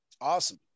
Awesome